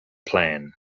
plan